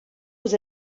was